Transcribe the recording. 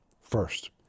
First